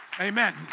Amen